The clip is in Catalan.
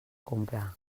comprar